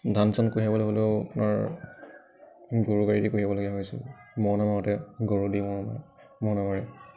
ধান চান কঢ়িয়াব হ'লেও ধৰ আপোনাৰ গৰুগাড়ীদি কঢ়িয়াবলগীয়া হৈছিল মৰণা মাৰোঁতে গৰুদি মৰণা মাৰে